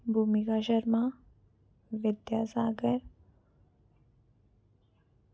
भूमिका शर्मा विद्यासागर